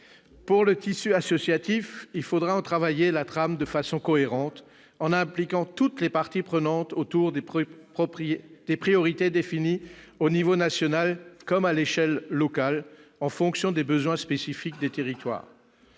De ce tissu associatif, il faudra travailler la trame de façon cohérente, en impliquant toutes les parties prenantes autour des priorités définies à l'échelon tant national que local, en fonction des besoins spécifiques des territoires.